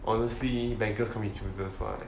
honestly beggers can't be choosers what